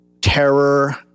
terror